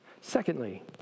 Secondly